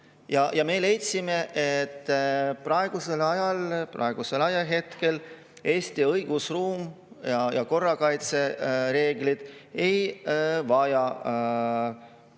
Ja me leidsime, et praegusel ajahetkel Eesti õigusruum ja korrakaitsereeglid ei vaja